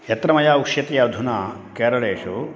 यत्र मया उष्यते अधुना केरळेषु